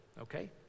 Okay